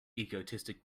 egoistic